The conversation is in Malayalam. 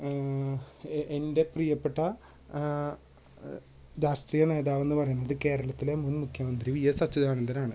എ എൻ്റെ പ്രിയപ്പെട്ട രാഷ്ട്രീയ നേതാവെന്ന് പറയുന്നത് കേരളത്തിലെ മുൻ മുഖ്യമന്ത്രി വി എസ് അച്യുതാനന്തനാണ്